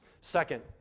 Second